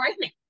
right